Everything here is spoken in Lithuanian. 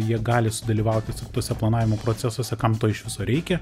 jie gali sudalyvauti tuose planavimo procesuose kam to iš viso reikia